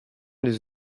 les